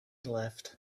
left